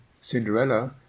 Cinderella